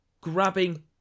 grabbing